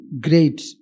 great